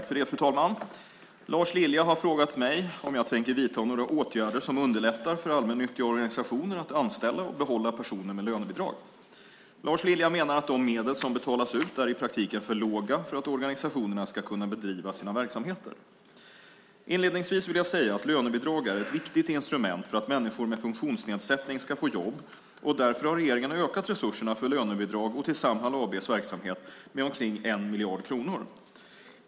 Fru talman! Lars Lilja har frågat mig om jag tänker vidta några åtgärder som underlättar för allmännyttiga organisationer att anställa och behålla personer med lönebidrag. Lars Lilja menar att de medel som betalas ut i praktiken är för låga för att organisationerna ska kunna bedriva sina verksamheter. Inledningsvis vill jag säga att lönebidrag är ett viktigt instrument för att människor med funktionsnedsättning ska få jobb. Därför har regeringen ökat resurserna för lönebidrag och till Samhall AB:s verksamhet med omkring 1 miljard kronor.